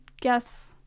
guess